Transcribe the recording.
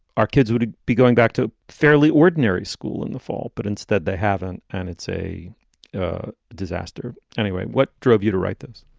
our kids would be going back to fairly ordinary school in the fall, but instead they haven't. and it's a disaster anyway. what drove you to write this?